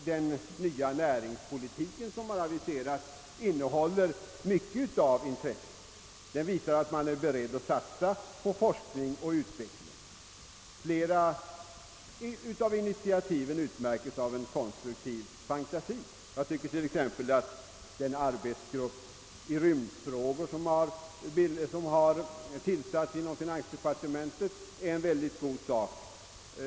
Den nya näringspolitik som aviserats innehåller mycket av intresse. Den visar att man är beredd att satsa på forskning och utveckling. Flera av initiativen utmärks av en konstruktiv fantasi. Jag tycker t.ex. att den arbetsgrupp i rymdfrågor, som tillsatts inom finansdepartementet, är en mycket god sak.